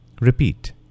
Repeat